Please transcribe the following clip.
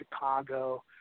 Chicago